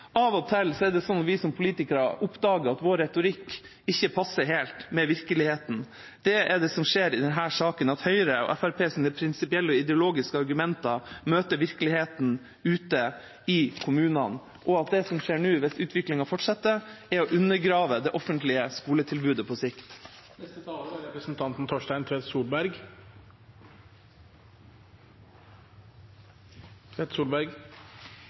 Av og til oppdager vi politikere at vår retorikk ikke passer helt med virkeligheten. Det er det som skjer i denne saken: Høyre og Fremskrittspartiets prinsipielle og ideologiske argumenter møter virkeligheten ute i kommunene, og det som nå skjer hvis utviklingen fortsetter, er at det offentlige skoletilbudet undergraves på sikt. Det var noen påstander her som jeg hadde behov for å svare på og utdype litt. Representanten